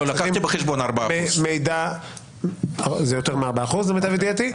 לקחתי בחשבון 4%. זה יותר מ-4% למיטב ידיעתי,